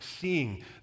seeing